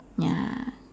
ya